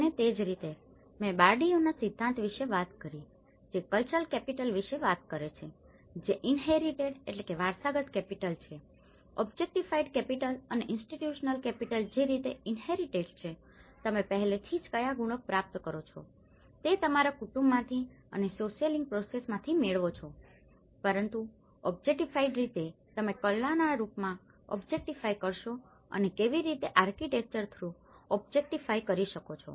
અને તે જ રીતે મેં બાર્ડીયૂના સિદ્ધાંત વિશે વાત કરી જે કલ્ચરલ કેપિટલ વિશે વાત કરે છે જે ઇન્હેરીટેડinheritedવારસાગત કેપિટલ છે ઓબ્જેક્ટીફાઇડ કેપિટલ અને ઇન્સ્ટીટયુસનલ કેપિટલ જે રીતે ઇન્હેરીટેડ છે તમે પહેલેથીજ કયા ગુણો પ્રાપ્ત કરો છો તે તમારા કુટુંબમાંથી અને સોસિયલઈઝિંગ પ્રોસેસ માંથી મેળવો છોપરંતુ ઓબજેટીફાઇડ રીતે તમે કલાના રૂપમાં ઓબ્જેક્ટીફાઈ કરશો અને કેવી રીતે આર્કિટેક્ચર થ્રુ ઓબ્જેક્ટીફાઈ કરી શકો છો